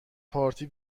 پارتی